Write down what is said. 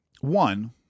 One